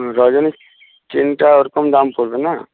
রজনীর টা ওরকম দাম পড়বে না